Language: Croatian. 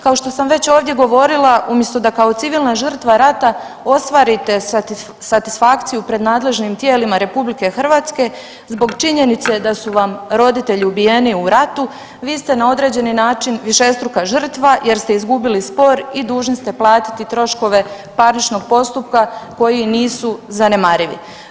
Kao što sam već ovdje govorila, umjesto da kao civilna žrtva rata ostvarite satisfakciju pred nadležnim tijelima RH, zbog činjenice da su vam roditelji ubijeni u ratu, vi ste na određeni način višestruka žrtva jer ste izgubili spor i dužni ste platiti troškove parničnog postupka koji nisu zanemarivi.